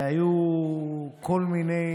והיו כל מיני